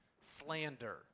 Slander